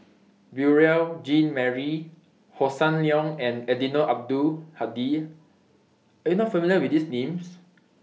Beurel Jean Marie Hossan Leong and Eddino Abdul Hadi Are YOU not familiar with These Names